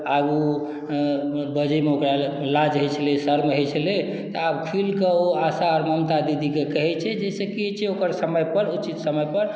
आगू बजै मे ओकरा लाज होइ छलै शर्म होइ छलै तऽ आब खुलि कऽ ओ आशा आओर ममता दीदी के कहै छै जाहिसँ की होइ छै ओकर समय पर उचित समय पर